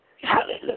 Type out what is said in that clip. Hallelujah